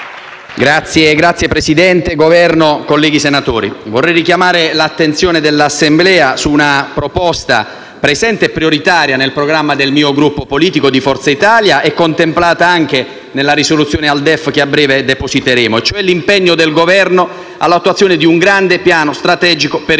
rappresentanti del Governo, colleghi senatori, vorrei richiamare l'attenzione dell'Assemblea su una proposta presente e prioritaria nel programma del mio Gruppo politico, Forza Italia, e contemplata anche nella risoluzione al DEF che a breve depositeremo, cioè l'impegno del Governo all'attuazione di un grande piano strategico per